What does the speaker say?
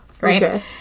right